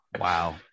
Wow